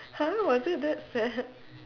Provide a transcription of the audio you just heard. !huh! was it that sad